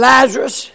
Lazarus